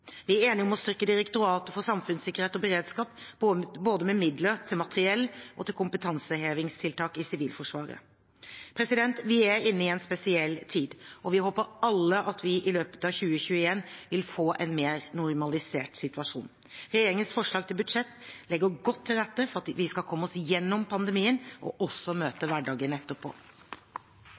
Vi er enige om å styrke Direktoratet for samfunnssikkerhet og beredskap, med midler både til materiell og til kompetansehevingstiltak i Sivilforsvaret. Vi er inne i en spesiell tid, og vi håper alle at vi i løpet av 2021 vil få en mer normalisert situasjon. Regjeringens forslag til budsjett legger godt til rette for at vi skal komme oss gjennom pandemien og også møte hverdagen